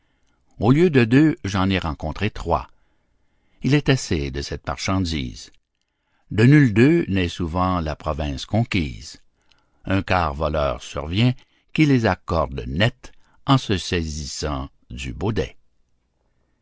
au lieu de deux j'en ai rencontré trois il est assez de cette marchandise de nul d'eux n'est souvent la province conquise un quart voleur survient qui les accorde net en se saisissant du baudet